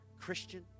Christian